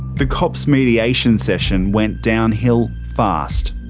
the cops' mediation session went downhill fast.